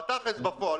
בפועל,